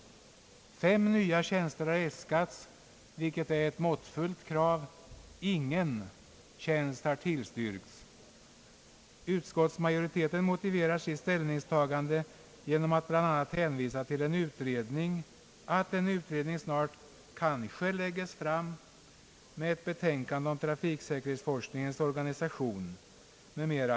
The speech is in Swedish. Fem nya tjänster har äskats, vilket är ett måttfullt krav. Ingen av dessa har tillstyrkts. Utskottsmajoriteten motiverar sitt ställningstagande genom att bl.a. hänvisa till att en utredning snart lägger fram ett betänkande om trafiksäkerhetsforskningens organisation m.m.